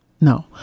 No